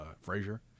frazier